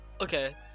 Okay